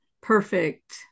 perfect